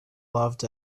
loved